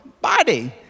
body